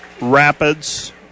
Rapids